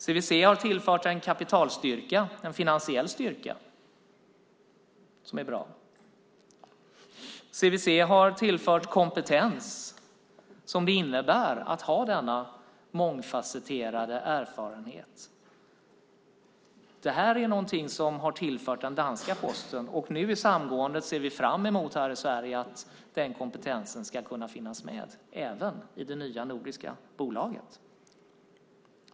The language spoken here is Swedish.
CVC har tillfört en kapitalstyrka, en finansiell styrka som är bra. CVC har tillfört den kompetens som det innebär att ha denna mångfasetterade erfarenhet. Det här är något som har tillförts den danska Posten. Och vid samgåendet här i Sverige ser vi fram emot att den kompetensen ska kunna finnas med även i det nya nordiska bolaget.